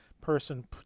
person